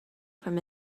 from